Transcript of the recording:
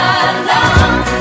alone